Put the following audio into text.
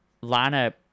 Lana